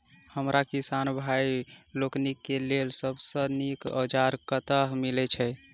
हमरा किसान भाई लोकनि केँ लेल सबसँ नीक औजार कतह मिलै छै?